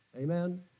Amen